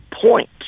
point